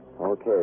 Okay